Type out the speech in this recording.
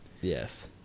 Yes